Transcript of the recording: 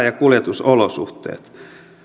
ja kuljetusolosuhteet